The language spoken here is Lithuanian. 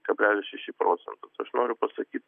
kablelis šeši procento aš noriu pasakyt